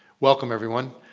welcome everyone,